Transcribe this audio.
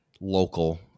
local